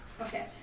Okay